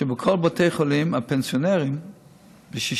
שבכל בתי החולים, הפנסיונרים שיוצאים